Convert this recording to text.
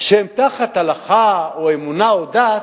שהם תחת הלכה או אמונה או דת,